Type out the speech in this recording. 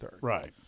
Right